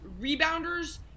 rebounders